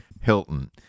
Hilton